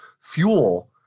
fuel